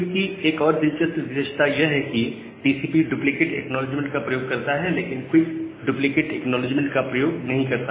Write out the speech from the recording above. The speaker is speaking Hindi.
क्विक की एक और दिलचस्प विशेषता यह है कि टीसीपी डुप्लीकेट एक्नॉलेजमेंट का प्रयोग करता है लेकिन क्विक डुप्लीकेट एक्नॉलेजमेंट का प्रयोग नहीं करता